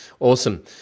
Awesome